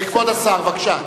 כבוד השר, בבקשה.